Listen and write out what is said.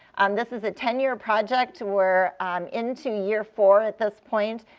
this is a ten year project. we're into year four at this point.